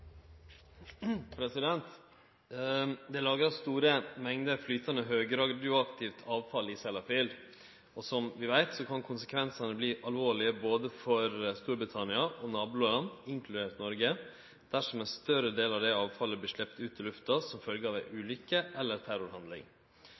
Det er lagra store mengder flytande høgradioaktivt avfall i Sellafield, og som vi veit, kan konsekvensane verte alvorlege både for Storbritannia og naboland, inkludert Noreg, dersom ein større del av det avfallet vert sleppt ut i lufta som følgje av ei